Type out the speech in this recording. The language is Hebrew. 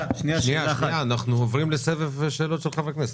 אנחנו עוברים לסבב שאלות של חברי הכנסת,